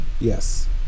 Yes